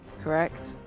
correct